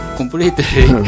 completely